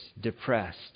depressed